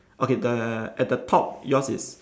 okay the at the top yours is